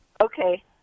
Okay